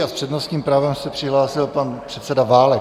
S přednostním právem se přihlásil pan předseda Válek.